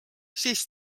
siis